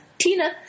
Tina